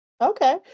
Okay